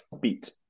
beat